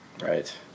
Right